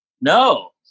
No